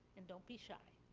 and don't be shy.